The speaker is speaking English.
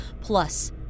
Plus